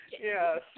Yes